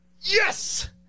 yes